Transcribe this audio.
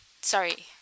sorry